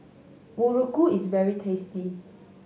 muruku is very tasty